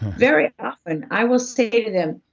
very often i will say to them,